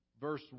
verse